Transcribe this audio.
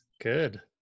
Good